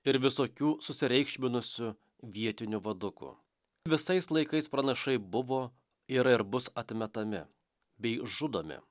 ir visokių susireikšminusių vietinių vadukų visais laikais pranašai buvo yra ir bus atmetami bei žudomi